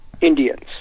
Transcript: Indians